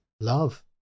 love